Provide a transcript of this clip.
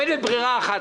ברירה אחת,